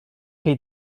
cei